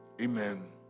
Amen